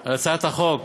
על הצעת החוק